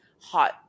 hot